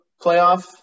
playoff